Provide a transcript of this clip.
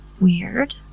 weird